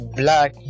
black